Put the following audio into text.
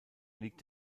liegt